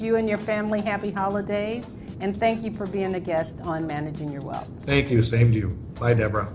you and your family happy holiday and thank you for being the guest on managing your well thank you save you play deborah